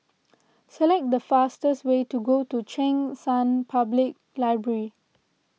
select the fastest way to go to Cheng San Public Library